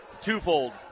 twofold